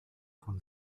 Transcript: von